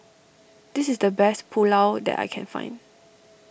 this is the best Pulao that I can find